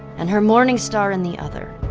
and her morningstar in the other,